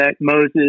Moses